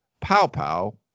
pow-pow